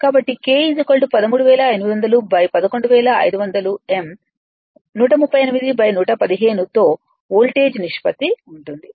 కాబట్టి K 1380011500m 138 115తో voltage నిష్పత్తి ఉంటుంది